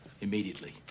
immediately